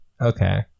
Okay